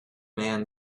man